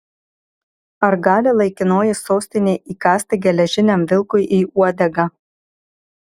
ar gali laikinoji sostinė įkąsti geležiniam vilkui į uodegą